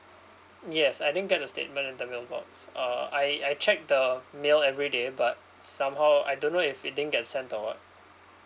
yes I didn't get a statement at the mailbox uh I I check the mail every day but somehow I don't know if it didn't get sent or what